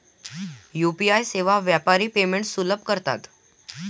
UPI सेवा व्यापारी payments सुलभ करतात